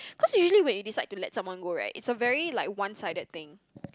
cause you usually when you decide to let someone go right it's a very like one sided thing